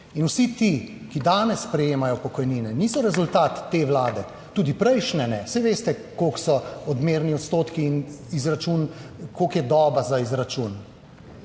vsi ti, ki danes prejemajo pokojnine, niso rezultat te vlade, tudi prejšnje ne, saj veste, koliko so odmerni odstotki in izračun koliko je doba za izračun!